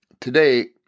Today